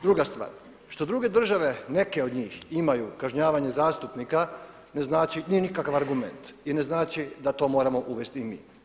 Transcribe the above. Druga stvar što druge države neke od njih imaju kažnjavanje zastupnika ne znači, nije nikakav argument i ne znači da to moramo uvesti i mi.